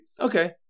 Okay